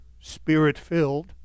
spirit-filled